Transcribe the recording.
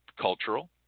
cultural